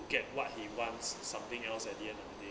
get what he wants something else at the end of the day